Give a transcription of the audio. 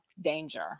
danger